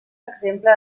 exemple